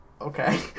Okay